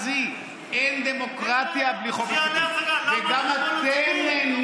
על רוצח חיילים שכתב הצגה, על זה אתה מגן.